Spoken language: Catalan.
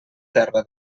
terra